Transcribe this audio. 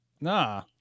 Nah